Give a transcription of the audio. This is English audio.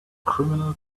criminal